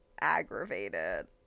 aggravated